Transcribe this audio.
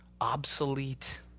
obsolete